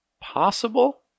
possible